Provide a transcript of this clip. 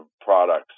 products